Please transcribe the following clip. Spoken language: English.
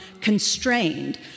constrained